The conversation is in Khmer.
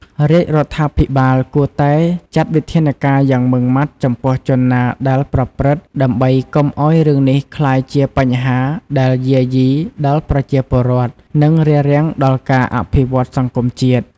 រាជរដ្ឋាភិបាលគួតែចាត់វិធានការយ៉ាងម៉ឺងម៉ាត់ចំពោះជនណាដែលប្រព្រឹត្ដិ ដើម្បីកុំឲ្យរឿងនេះក្លាយជាបញ្ហាដែលយាយីដល់ប្រជាពលរដ្ឋ នឹងរារាំងដល់ការអភិវឌ្ឍន៍សង្គមជាតិ។